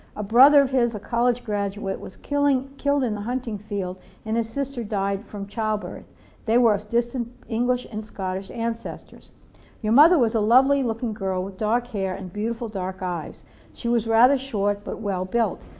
a brother of his, a college graduate was killed killed in the hunting field and his sister died from childbirth they were of distant english and scottish ancestors your mother was a lovely looking girl with dark hair and beautiful dark eyes she was rather short but well-built.